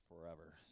forever